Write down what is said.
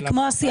זה כמו השיח